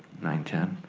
nine ten.